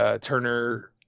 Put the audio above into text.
Turner